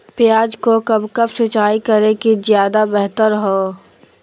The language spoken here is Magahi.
प्याज को कब कब सिंचाई करे कि ज्यादा व्यहतर हहो?